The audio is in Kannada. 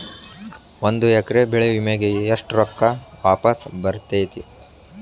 ಒಂದು ಎಕರೆ ಬೆಳೆ ವಿಮೆಗೆ ಎಷ್ಟ ರೊಕ್ಕ ವಾಪಸ್ ಬರತೇತಿ?